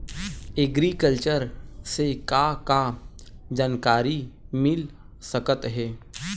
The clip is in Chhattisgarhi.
एग्रीकल्चर से का का जानकारी मिल सकत हे?